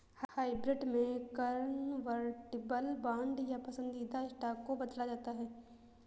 hybrid में convertible bond या पसंदीदा स्टॉक को बदला जाता है